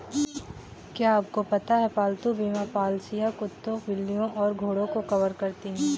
क्या आपको पता है पालतू बीमा पॉलिसियां कुत्तों, बिल्लियों और घोड़ों को कवर करती हैं?